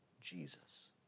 Jesus